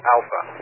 Alpha